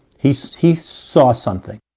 he saw he saw something